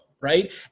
right